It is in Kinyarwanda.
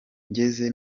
ngeze